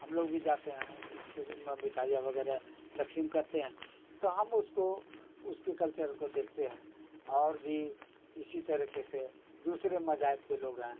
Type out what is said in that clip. ہم لوگ بھی جاتے ہیں کچھ مٹھائیاں وغیرہ تقسیم کرتے ہیں تو ہم اس کو اس کے کلچر کو دیکھتے ہیں اور بھی اسی طریقے سے دوسرے مذاہب کے لوگ ہیں